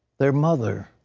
their mother,